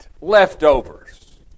Leftovers